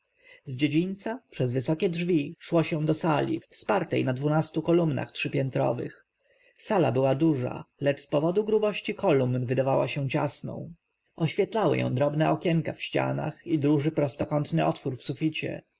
z dziedzińca przez wysokie drzwi szło się do sali wspartej na dwunastu kolumnach trzypiętrowych sala była duża lecz z powodu grubości kolumn wydawała się ciasną oświetlały ją drobne okienka w ścianach i duży prostokątny otwór w suficie